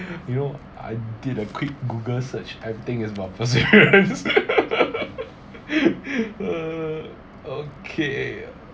you know I did a quick Google search everything is about perseverance uh okay